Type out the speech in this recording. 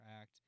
act